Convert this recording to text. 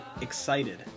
excited